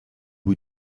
bout